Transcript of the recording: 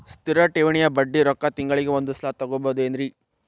ಸ್ಥಿರ ಠೇವಣಿಯ ಬಡ್ಡಿ ರೊಕ್ಕ ತಿಂಗಳಿಗೆ ಒಂದು ಸಲ ತಗೊಬಹುದೆನ್ರಿ?